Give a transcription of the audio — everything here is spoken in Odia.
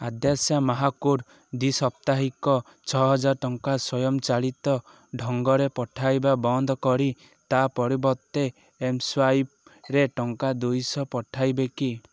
ଆଦ୍ୟାଶା ମହାକୁଡ଼ଙ୍କୁ ଦ୍ୱିସାପ୍ତାହିକ ଛଅହଜାର ଟଙ୍କା ସ୍ୱୟଂ ଚାଳିତ ଢଙ୍ଗରେ ପଠାଇବା ବନ୍ଦ କରି ତା'ପରିବର୍ତ୍ତେ ଏମ୍ସ୍ୱାଇପ୍ରେ ଟଙ୍କା ଦୁଇଶହ ପଠାଇବେ କି